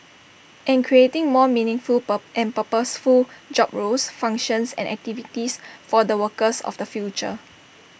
and creating more meaningful and purposeful job roles functions and activities for the workers of the future